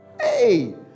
Hey